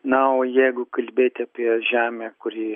na o jeigu kalbėti apie žemę kuri